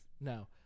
No